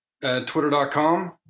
Twitter.com